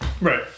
right